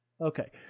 Okay